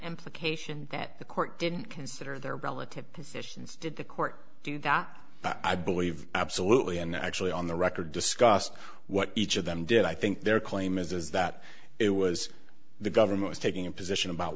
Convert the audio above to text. amplification that the court didn't consider their relative positions did the court do that i believe absolutely and actually on the record discussed what each of them did i think their claim is that it was the government was taking a position about